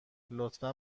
لطفا